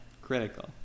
critical